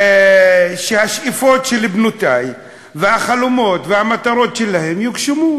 שהשאיפות של בנותי והחלומות והמטרות שלהן יוגשמו,